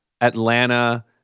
Atlanta